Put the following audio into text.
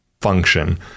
function